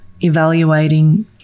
evaluating